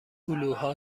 هلوها